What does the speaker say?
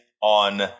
on